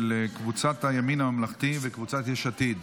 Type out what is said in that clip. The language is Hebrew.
קבוצת הימין הממלכתי וקבוצת יש עתיד.